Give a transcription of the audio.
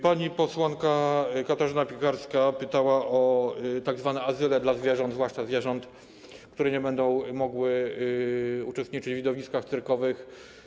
Pani posłanka Katarzyna Piekarska pytała o tzw. azyle dla zwierząt, zwłaszcza zwierząt, które nie będą mogły uczestniczyć w widowiskach cyrkowych.